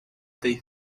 they